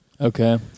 Okay